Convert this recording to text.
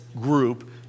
group